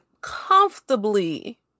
comfortably